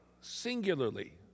singularly